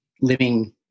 living